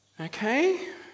okay